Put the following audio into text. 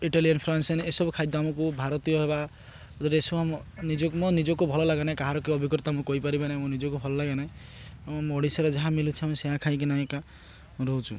Italy ଏନଫାନ୍ସନ ଏସବୁ ଖାଦ୍ୟ ଆମକୁ ଭାରତୀୟ ହେବା ରେସମ ନିଜକୁ ମୋ ନିଜକୁ ଭଲ ଲାଗେନାହିଁ କାହାର କି ଅଭିଜ୍ଞାତା ମୁଁ କହିପାରିବେ ନାହିଁ ନିଜକୁ ଭଲ ଲାଗେ ନାହିଁ ମୁଁ ଓଡ଼ିଶାରେ ଯାହା ମିଳୁଛି ଆମେ ସେଇୟା ଖାଇକିନା ଏକା ରହୁଛୁ